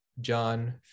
John